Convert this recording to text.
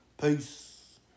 Peace